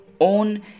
own